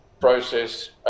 process